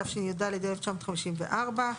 התשי"ד-1954.